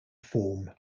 form